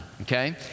Okay